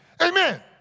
Amen